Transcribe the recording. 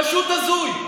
פשוט הזוי.